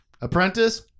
Apprentice